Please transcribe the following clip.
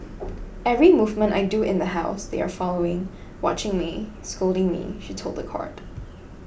every movement I do in the house they are following watching me scolding me she told the court